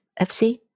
FC